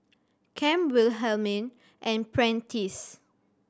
Cam Wilhelmine and Prentiss